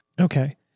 Okay